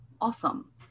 Awesome